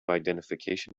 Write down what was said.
identification